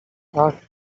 ach